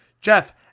Jeff